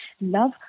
love